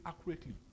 accurately